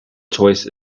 choice